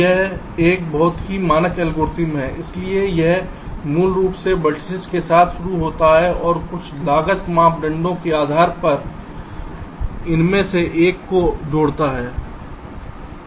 यह एक बहुत ही मानक एल्गोरिथ्म है इसलिए यह मूल रूप से एक वर्टिसिस के साथ शुरू होता है और कुछ लागत मानदंडों के आधार पर इसमें से एक को जोड़ता है